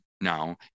now